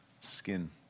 skin